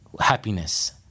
happiness